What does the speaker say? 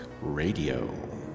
Radio